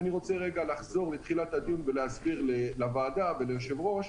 ואני רוצה רגע לחזור לתחילת הדיון ולהסביר לוועדה וליושב-ראש